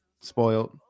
Spoiled